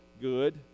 good